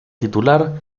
titular